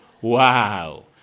Wow